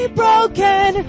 broken